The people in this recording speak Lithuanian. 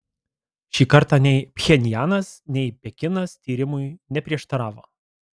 šį kartą nei pchenjanas nei pekinas tyrimui neprieštaravo